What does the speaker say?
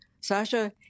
Sasha